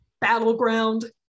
Battleground